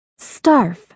Starf